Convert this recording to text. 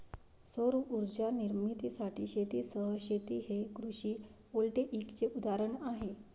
सौर उर्जा निर्मितीसाठी शेतीसह शेती हे कृषी व्होल्टेईकचे उदाहरण आहे